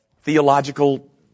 theological